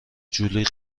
جولی